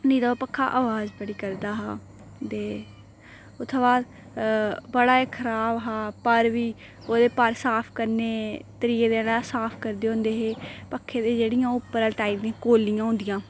निं ता ओह् पक्खा अवाज बड़ी करदा हा ते ओह्दे बाद बड़ा ई खराब हा पर बी ओह्दे पर साफ करने त्रीए दिन अस साफ करदे होंदे हे पक्खे दी जेह्ड़ी उप्परा टाइप दियां कौल्लियां